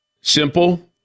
Simple